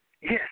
Yes